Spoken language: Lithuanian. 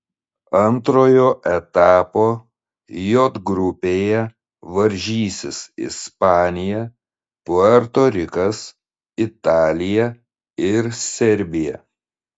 antrojo etapo j grupėje varžysis ispanija puerto rikas italija ir serbija